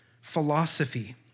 philosophy